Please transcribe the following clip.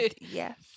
Yes